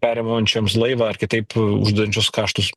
perimančioms laivą ar kitaip uždedančios kaštus